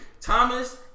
Thomas